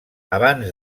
abans